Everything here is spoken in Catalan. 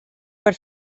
per